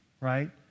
right